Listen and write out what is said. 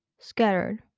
Scattered